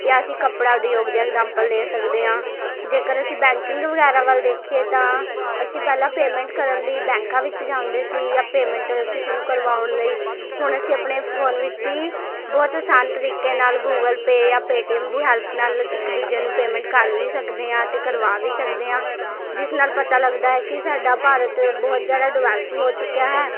ਜਾਂ ਅਸੀਂ ਕੱਪੜਾ ਉਦਯੋਗ ਦੀ ਇਗਜ਼ਾਪਲ ਲੈ ਸਕਦੇ ਹਾਂ ਜੇਕਰ ਅਸੀਂ ਬੈਂਕਿੰਗ ਵਗੈਰਾ ਵੱਲ ਦੇਖੀਏ ਤਾਂ ਅਸੀਂ ਪਹਿਲਾਂ ਪੇਮੈਂਟ ਕਰਨ ਲਈ ਬੈਂਕਾਂ ਵਿੱਚ ਜਾਂਦੇ ਸੀ ਜਾਂ ਪੇਮੈਂਟ ਕਿਸੇ ਨੂੰ ਕਰਵਾਉਣ ਲਈ ਹੁਣ ਅਸੀਂ ਆਪਣੇ ਫੋਨ ਵਿੱਚ ਹੀ ਬਹੁਤ ਆਸਾਨ ਤਰੀਕੇ ਨਾਲ ਗੂਗਲ ਪੇ ਜਾਂ ਪੇਟੀਐੱਮ ਦੀ ਹੈਲਪ ਨਾਲ ਇੱਕ ਦੂਜੇ ਨੂੰ ਪੇਮੈਂਟ ਕਰ ਵੀ ਸਕਦੇ ਹਾਂ ਅਤੇ ਕਰਵਾ ਵੀ ਸਕਦੇ ਹਾਂ ਜਿਸ ਨਾਲ ਪਤਾ ਲੱਗਦਾ ਹੈ ਕਿ ਸਾਡਾ ਭਾਰਤ ਬਹੁਤ ਜ਼ਿਆਦਾ ਡਿਵੈਲਪ ਹੋ ਚੁੱਕਿਆ ਹੈ